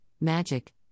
magic